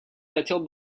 хотел